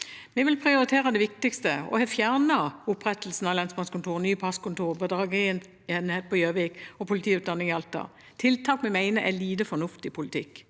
Vi vil prioritere det viktigste og har fjernet opprettelse av lensmannskontorer, nye passkontorer, bedragerienhet på Gjøvik og politiutdanning i Alta – tiltak vi mener er lite fornuftig politikk.